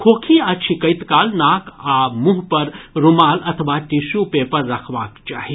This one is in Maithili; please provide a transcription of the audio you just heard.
खोखी आ छिकैत काल नाक आ मुंह पर रूमाल अथवा टिश्यू पेपर रखबाक चाही